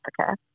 Africa